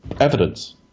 Evidence